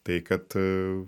tai kad